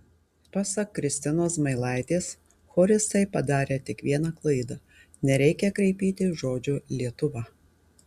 pasak kristinos zmailaitės choristai padarė tik vieną klaidą nereikia kraipyti žodžio lietuva